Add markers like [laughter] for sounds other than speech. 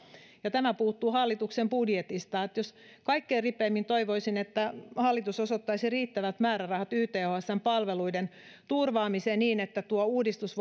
ja tämä puuttuu hallituksen budjetista kaikkein kipeimmin toivoisin että hallitus osoittaisi riittävät määrärahat ythsn palveluiden turvaamiseen niin että tuo uudistus [unintelligible]